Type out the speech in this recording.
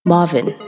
Marvin